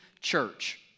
church